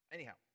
Anyhow